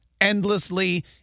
endlessly